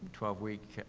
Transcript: twelve week,